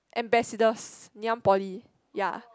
ambassadors Ngee-Ann Poly ya